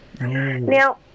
Now